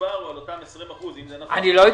המדובר הוא על אותם 20%, אם זה נכון --- אנחנו